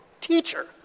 teacher